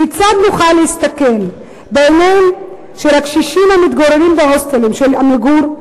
כיצד נוכל להסתכל בעיניהם של הקשישים המתגוררים בהוסטלים של "עמיגור",